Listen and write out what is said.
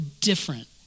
different